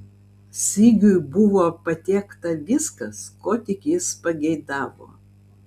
sigiui buvo patiekta viskas ko tik jis pageidavo